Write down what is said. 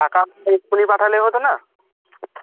টাকা আপনি এক্ষুনি পাঠালে হতো না